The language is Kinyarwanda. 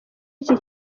iki